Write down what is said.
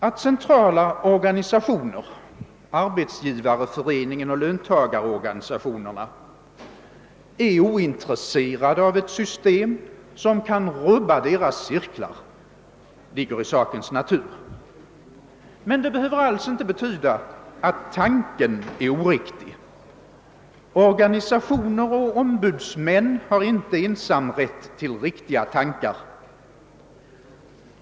Att centrala organisationer — Arbetsgivareföreningen och löntagarorganisationerna — är ointresserade av ett system som kan rubba deras cirklar ligger i sakens natur, men det behöver alls inte betyda att tanken är oriktig. Organisationer och ombudsmän har inte ensamrätt till riktiga tankar.